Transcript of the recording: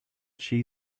she